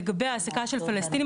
לגבי העסקה של פלסטינים,